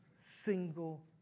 single